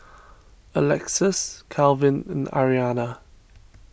Alexus Calvin and Aryanna